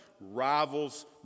rivals